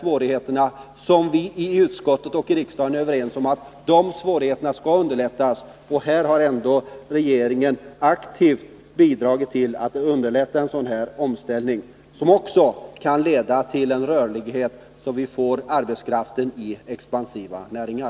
Det gäller ju problem som vi i utskottet och riksdagen är överens om skall lindras. Här har ändå regeringen aktivt bidragit till att underlätta en omställning, som också kan leda till en rörlighet, så att vi får arbetskraft i expansiva näringar.